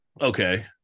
Okay